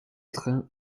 train